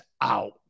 out